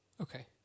Okay